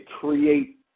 create